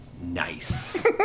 Nice